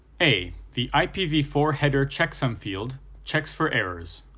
a, the i p v four header checksum field checks for errors.